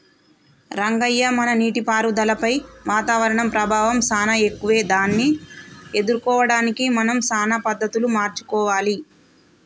రంగయ్య మన నీటిపారుదలపై వాతావరణం ప్రభావం సానా ఎక్కువే దాన్ని ఎదుర్కోవడానికి మనం సానా పద్ధతులు మార్చుకోవాలి